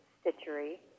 stitchery